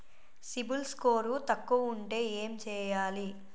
CIBIL score తక్కువ ఉంటే ఏం చేయాలి?